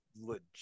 legit